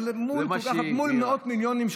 אבל מול מאות מיליונים,